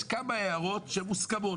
יש כמה הערות שהן מוסכמות.